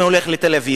אם אני הולך לתל-אביב,